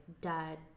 Dad